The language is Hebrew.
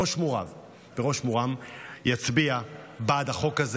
בראש מורם יצביע בעד החוק הזה.